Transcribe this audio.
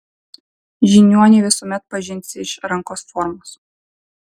žiniuonį visuomet pažinsi iš rankos formos